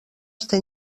està